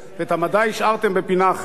ואת המדע השארתם בפינה אחרת.